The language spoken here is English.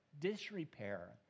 disrepair